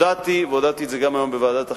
הודעתי, והודעתי את זה גם היום בוועדת החינוך,